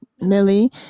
millie